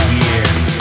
years